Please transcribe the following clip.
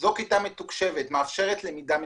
זו כיתה מתוקשבת שמאפשרת למידה מתוקשבת.